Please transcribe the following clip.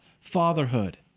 fatherhood